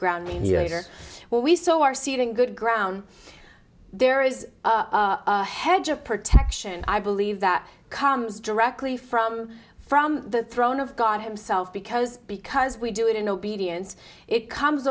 grounding younger when we sow our seeding good ground there is a hedge of protection i believe that comes directly from from the throne of god himself because because we do it in obedience it comes